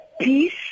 peace